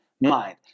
mind